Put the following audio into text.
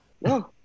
no